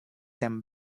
them